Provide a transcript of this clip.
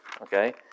okay